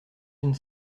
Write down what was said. une